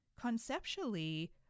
Conceptually